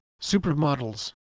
supermodels